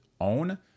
own